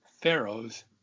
Pharaoh's